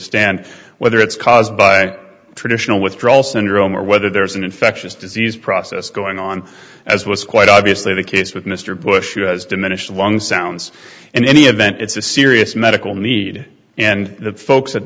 stand whether it's caused by traditional withdrawal syndrome or whether there's an infectious disease process going on as was quite obviously the case with mr bush who has diminished lung sounds in any event it's a serious medical need and that folks at